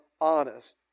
honest